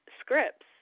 scripts